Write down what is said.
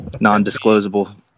non-disclosable